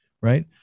Right